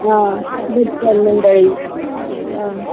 आं बुच्यान मंदरी आ